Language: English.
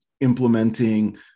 implementing